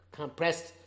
compressed